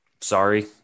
Sorry